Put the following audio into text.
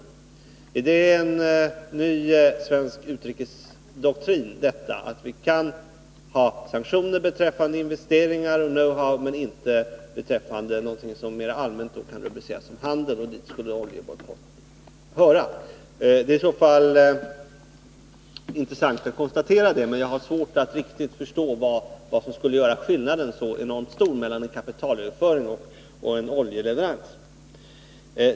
Är det en ny svensk utrikesdoktrin att vi kan vidta sanktioner beträffande investeringar och know-how, men inte då det gäller sådant som mera allmänt kan rubriceras som handel — och dit skulle då en oljebojkott höra? Det är i så fall intressant att kunna konstatera detta, men jag har svårt att riktigt förstå vad det är som gör skillnaden så enormt stor mellan en kapitalöverföring och en oljeleverans.